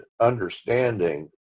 understanding